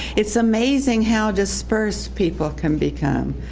it's amazing how dispersed people can become,